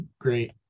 great